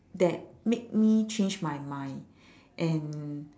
that made me change my mind and